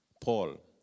Paul